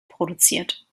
produziert